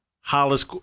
hollis